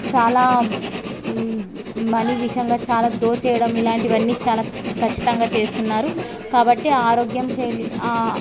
చాలా మనీ విషయంగా చాలా దోచేయడం ఇలాంటివన్నీ చాలా ఖచ్చితంగా చేస్తున్నారు కాబట్టి ఆరోగ్యషైలి